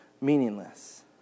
meaningless